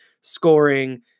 scoring